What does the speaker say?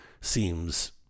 seems